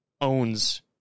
owns